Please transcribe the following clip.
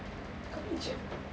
kat Muji